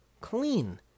clean